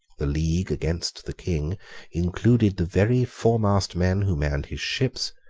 the league against the king included the very foremast men who manned his ships,